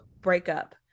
breakup